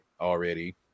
already